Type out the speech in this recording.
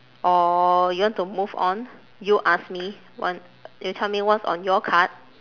or you want to move on you ask me wha~ you tell me what's on your card